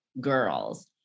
Girls